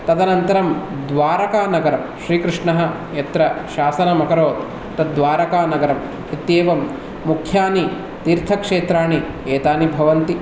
तदनन्तरं द्वारकानगरम् श्रीकृष्णः यत्र शासनमकरोत् तद्द्वारकानगरम् इत्येवं मुख्यानि तीर्थक्षेत्राणि एतानि भवन्ति